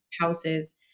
houses